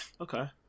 Okay